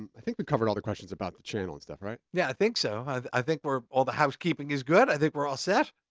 i think we covered all the questions about the channel, is that right? yeah, i think so. i think all the housekeeping is good. i think we're all set.